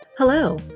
Hello